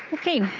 okay,